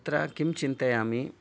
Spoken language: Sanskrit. तत्र किं चिन्तयामि